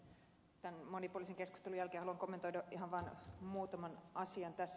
tämän monipuolisen keskustelun jälkeen haluan kommentoida ihan vaan muutaman asian tässä